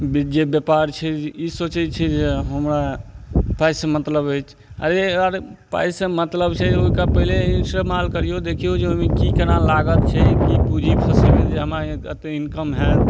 जे व्यापार छै ई सोचय छै जे हमरा पाइसँ मतलब अछि अरे आर पाइसँ मतलब छै जे ओइके पहिले इस्तेमाल करियौ देखियौ जे ओइमे की केना लागत छै की पूँजी फँसबी जे हमरा एते इनकम हैत